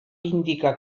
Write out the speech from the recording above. indica